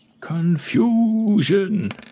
Confusion